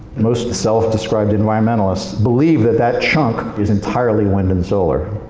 most self-described environmentalists believe that that chunk is entirely wind and solar.